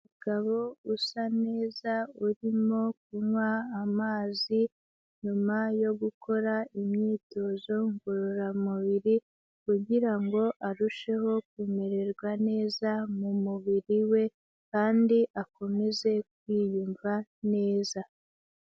Umugabo usa neza urimo kunywa amazi, nyuma yo gukora imyitozo ngororamubiri kugira ngo arusheho kumererwa neza mu mubiri we kandi akomeze kwiyumva neza.